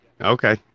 Okay